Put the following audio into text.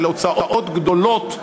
על הוצאות גדולות שנדרשות.